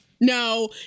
no